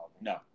No